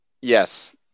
Yes